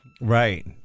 Right